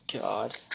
God